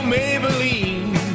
Maybelline